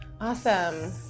Awesome